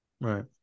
right